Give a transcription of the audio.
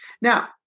Now